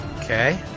Okay